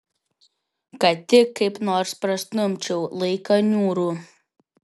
kad tik kaip nors prastumčiau laiką niūrų